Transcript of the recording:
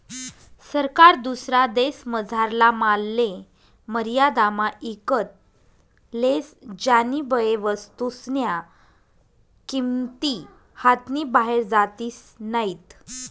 सरकार दुसरा देशमझारला मालले मर्यादामा ईकत लेस ज्यानीबये वस्तूस्न्या किंमती हातनी बाहेर जातीस नैत